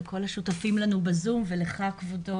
לכל השותפים לנו בזום ולך כבודו,